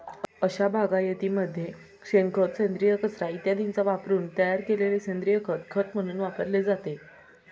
अशा बागायतीमध्ये शेणखत, सेंद्रिय कचरा इत्यादींचा वापरून तयार केलेले सेंद्रिय खत खत म्हणून वापरले जाते